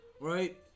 right